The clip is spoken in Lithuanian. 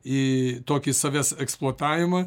į tokį savęs eksploatavimą